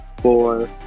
four